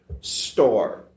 store